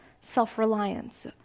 self-reliance